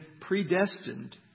predestined